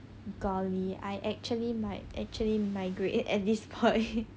golly I actually might actually migrate at this point